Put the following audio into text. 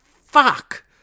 Fuck